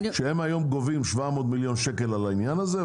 הם גובים היום 700 מיליון שקל על העניין הזה,